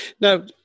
Now